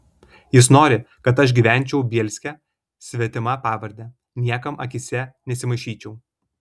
jis nori kad aš gyvenčiau bielske svetima pavarde niekam akyse nesimaišyčiau